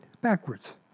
backwards